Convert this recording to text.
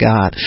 God